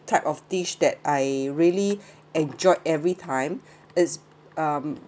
type of dish that I really enjoyed every time is um